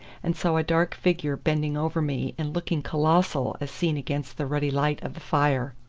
and saw a dark figure bending over me and looking colossal as seen against the ruddy light of the fire.